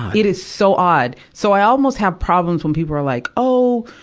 it is so odd. so i almost have problems when people are, like, oh,